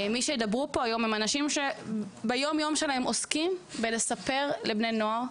ידברו פה אנשים שיום-יום עוסקים בהעברת מידע לבני הנוער,